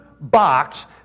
box